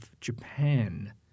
Japan